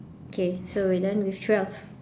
okay so we're done with twelve